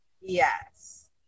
Yes